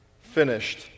finished